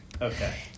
Okay